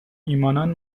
ایمانان